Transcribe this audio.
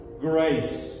grace